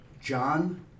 John